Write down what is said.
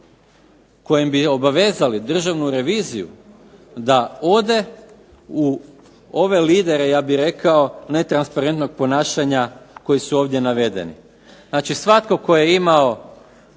kojim bi obavezali Državnu reviziju da ode u ove lidere, ja bih rekao, netransparentnog ponašanja koji su ovdje navedeni. Znači, svatko tko je imao